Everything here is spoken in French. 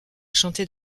chanter